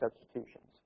substitutions